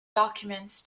documents